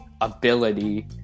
ability